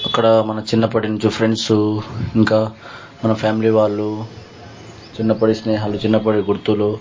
అక్కడ మన చిన్నప్పటి నుంచి ఫ్రెండ్స్ ఇంకా మన ఫ్యామిలీ వాళ్ళు చిన్నప్పటి స్నేహాలు చిన్నప్పుడు గుర్తులు